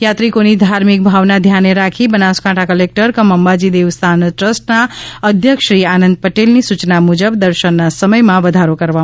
યાત્રિકોની ધાર્મિક ભાવના ધ્યાને રાખી બનાસકાંઠા કલેકટર કમ અંબાજી દેવસ્થાન ટ્રસ્ટના અધ્યક્ષશ્રી આનંદ પટેલની સુચના મુજબ દર્શનના સમયમાં વધારો કરવામાં આવ્યો છે